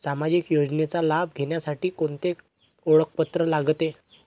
सामाजिक योजनेचा लाभ घेण्यासाठी कोणते ओळखपत्र लागते?